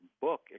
book